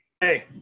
Hey